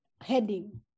heading